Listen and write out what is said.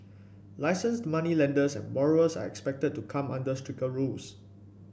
licensed moneylenders and borrowers are expected to come under stricter rules